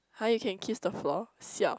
[huh] you can kiss the floor siao